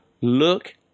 Look